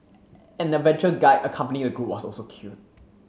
an adventure guide accompanying the group was also killed